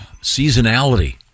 seasonality